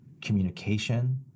communication